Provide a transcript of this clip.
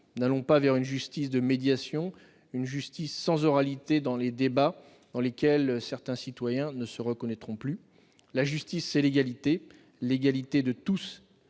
n'allons pas vers une justice de médiation, une justice sans oralité des débats dans laquelle certains de nos concitoyens ne se reconnaîtront plus. La justice, c'est l'égalité, l'égalité de toutes